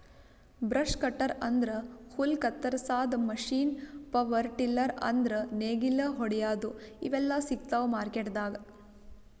brush cutter ಅಂದ್ರ ಹುಲ್ಲ್ ಕತ್ತರಸಾದ್ ಮಷೀನ್ ಪವರ್ ಟಿಲ್ಲರ್ ಅಂದ್ರ್ ನೇಗಿಲ್ ಹೊಡ್ಯಾದು ಇವೆಲ್ಲಾ ಸಿಗ್ತಾವ್ ಮಾರ್ಕೆಟ್ದಾಗ್